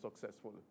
successful